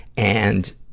and,